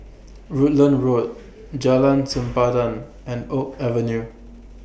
Rutland Road Jalan Sempadan and Oak Avenue